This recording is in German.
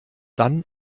dann